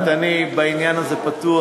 את יודעת, אני בעניין הזה פתוח.